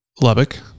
Lubbock